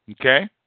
Okay